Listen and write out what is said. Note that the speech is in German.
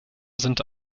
sind